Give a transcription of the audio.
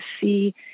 see